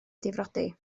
difrodi